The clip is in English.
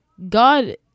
God